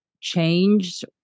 changed